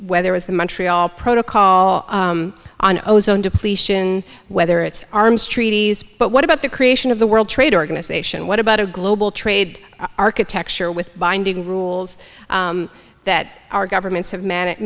whether it's the montreal protocol on ozone depletion whether it's arms treaties but what about the creation of the world trade organization what about a global trade architecture with binding rules that our governments have ma